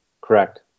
correct